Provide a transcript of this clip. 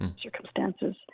circumstances